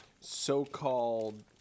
so-called